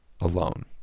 alone